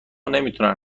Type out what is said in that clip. نمیتونن